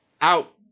out